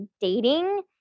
dating